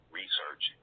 research